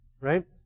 Right